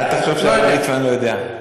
לא יודע.